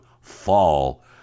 fall